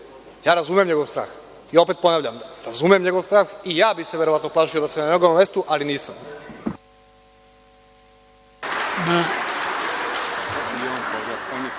Skupštini. Razumem njegov strah i opet ponavljam da razumem njegov strah. I ja bih se verovatno plašio da sam na njegovom mestu, ali nisam.